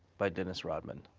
by dennis rodman.